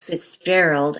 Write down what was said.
fitzgerald